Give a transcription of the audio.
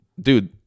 dude